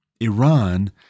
Iran